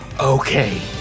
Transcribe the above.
okay